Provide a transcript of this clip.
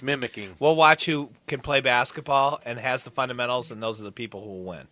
mimicking well watch you can play basketball and has the fundamentals and those are the people when